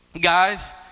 Guys